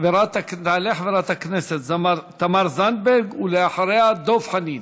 תעלה חברת הכנסת תמר זנדברג, ואחריה, דב חנין.